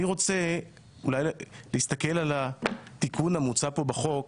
אני רוצה להסתכל על התיקון המוצע כאן בחוק